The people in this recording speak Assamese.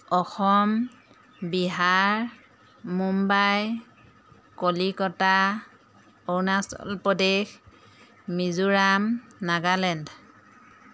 অসম বিহাৰ মুম্বাই কলিকতা অৰুণাচল প্ৰদেশ মিজোৰাম নাগালেণ্ড